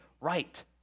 right